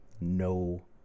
no